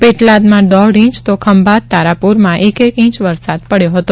પેટલાદમાં દોઢ ઇંચ તો ખંભાત તારાપુરમાં એક ઇંચ વરસાદ પડ્યો હતો